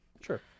sure